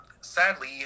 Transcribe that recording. sadly